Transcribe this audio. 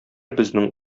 безнең